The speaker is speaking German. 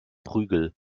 prügel